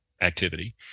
activity